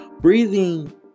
breathing